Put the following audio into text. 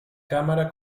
cámara